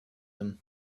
him